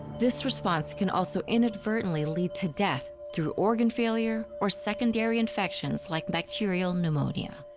this response can also inadvertently lead to death through organ failure or secondary infections like bacterial pneumonia.